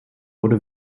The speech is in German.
wurde